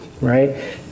right